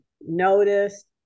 noticed